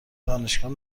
دانشگاه